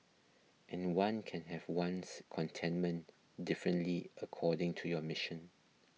and one can have one's contentment differently according to your mission